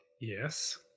Yes